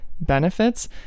benefits